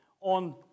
on